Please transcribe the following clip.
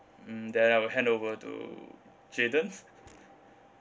mm then I will handover to jayden